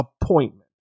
appointment